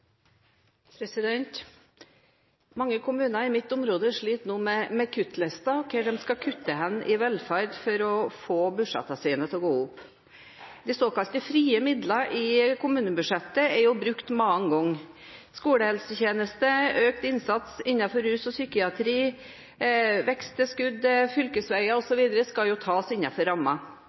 Mange kommuner i mitt område sliter nå med kuttlister – hvor de skal kutte i velferd for å få budsjettene sine til å gå opp. De såkalte frie midlene i kommunebudsjettet er brukt mange ganger: Skolehelsetjeneste, økt innsats innenfor rus og psykiatri, veksttilskudd, fylkesveier osv. skal jo tas